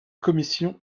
commission